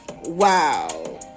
Wow